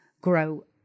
grow